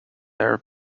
air